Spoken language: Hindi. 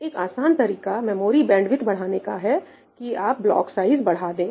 एक आसान तरीका मेमोरी बैंडविथ बढ़ाने का है कि आप ब्लॉक साइज बढ़ा दें